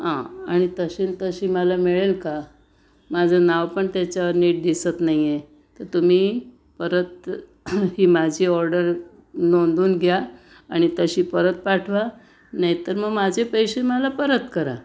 हां आणि तशी तशी मला मिळेल का माझं नाव पण त्याच्यावर नीट दिसत नाही आहे तर तुम्ही परत ही माझी ऑर्डर नोंदवून घ्या आणि तशी परत पाठवा नाही तर मग माझे पैसे मला परत करा